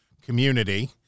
community